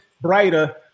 brighter